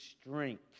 strength